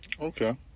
okay